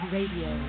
Radio